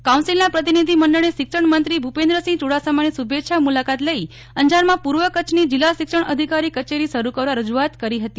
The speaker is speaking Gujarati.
કાઉન્સિલના પ્રતિનિધિ મંડળે શિક્ષણમંત્રી ભૂપેન્દ્રસિંહ ચૂડાસમાની શુભેચ્છા મુલાકાત લઈ અંજારમાં પૂર્વ કચ્છની જિલ્લા શિક્ષણાધિકારી કચેરી શરૂ કરવા રજૂઆત કરી હતી